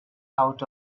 out